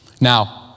Now